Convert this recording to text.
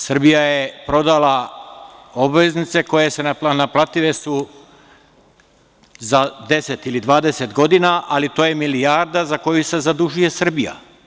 Srbija je prodala obveznice koje su naplative za 10 ili 20 godina, ali to je milijarda za koju se zadužuje Srbija.